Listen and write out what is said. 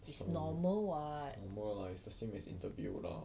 it's normal [what]